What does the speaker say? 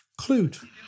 Clued